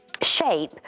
shape